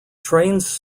trains